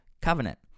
covenant